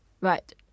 Right